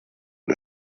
der